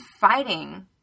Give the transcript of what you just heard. fighting